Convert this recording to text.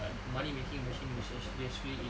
money making invention business so basically is